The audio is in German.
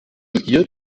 ihr